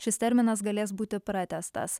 šis terminas galės būti pratęstas